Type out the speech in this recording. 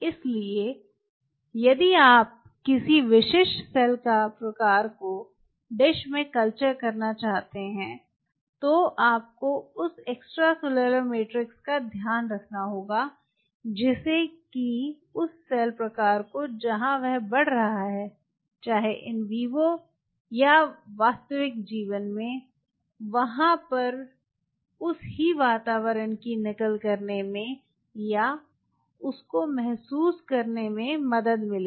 इसलिए यदि आपको किसी विशिष्ट सेल प्रकार को डिश में कल्चर करना है तो आपको उस एक्स्ट्रासेल्यूलर मैट्रिक्स का ध्यान रखना होगा जिससे कि उस सेल प्रकार को जहां वह बढ़ रहा है चाहे इन वीवो या वास्तविक जीवन में वहां पर उस ही वातावरण की नकल करने में या उस को महसूस करने में मदद मिलेगी